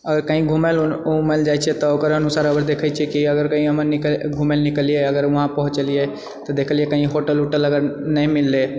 अगर कही घुमए उमए लए जाइत छिऐ तऽ ओकर अनुसार अगर देखै छिऐ कि अगर कही घुमए लऽ निकललिऐ अगर वहांँ पहुँचलिऐ तऽदेखलिऐ कही होटल उटल अगर नहि मिललै